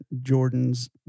Jordan's